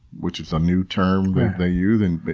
which is a new term that they use, and